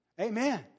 Amen